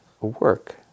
work